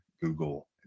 Google